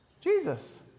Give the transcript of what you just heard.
Jesus